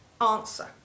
answer